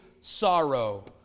sorrow